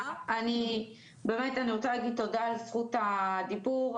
באמת, תודה על זכות הדיבור.